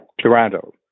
Toronto